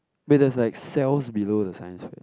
wait there's like cells below the science fair